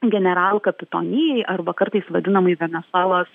general kapitonijai arba kartais vadinamai venesuelos